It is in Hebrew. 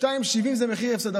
2.70 שקלים זה מחיר הפסד,